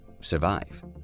survive